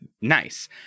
nice